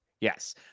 Yes